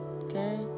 Okay